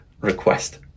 request